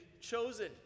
chosen